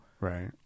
Right